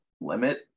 limit